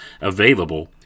available